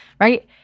Right